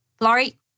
Laurie